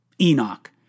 Enoch